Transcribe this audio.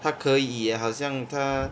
他可以 eh 好像他